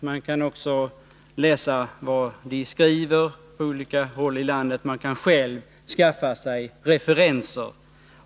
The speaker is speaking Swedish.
Man kan också läsa vad de skriver på olika håll i landet och själv skaffa sig referenser.